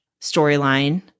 storyline